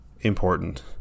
important